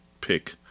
pick